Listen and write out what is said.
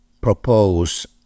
propose